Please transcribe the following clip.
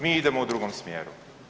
Mi idemo u drugom smjeru.